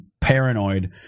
paranoid